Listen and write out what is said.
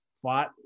fought